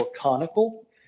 conical